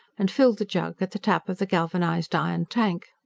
and filled the jug at the tap of the galvanised-iron tank.